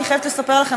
אני חייבת לספר לכם,